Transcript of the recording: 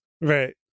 right